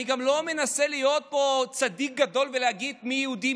אני גם לא מנסה להיות פה צדיק גדול ולהגיד מי יהודי,